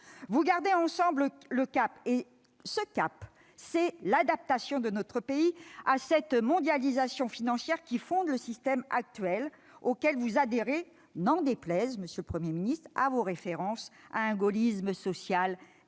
vous gardez ensemble le cap. Et ce cap, c'est l'adaptation de notre pays à la mondialisation financière fondant le système auquel vous adhérez- en dépit, monsieur le Premier ministre, de vos références à un gaullisme social désuet.